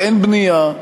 ואין בנייה,